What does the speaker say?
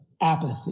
apathy